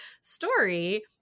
story